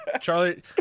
Charlie